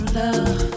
love